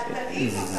לא במשרד הרווחה?